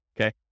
Okay